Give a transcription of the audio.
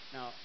Now